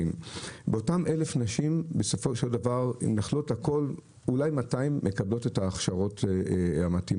באותן 1,000 נשים אולי 200 נשים מקבלות את ההכשרות המתאימות,